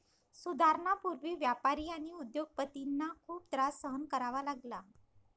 सुधारणांपूर्वी व्यापारी आणि उद्योग पतींना खूप त्रास सहन करावा लागला